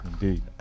Indeed